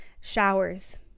showers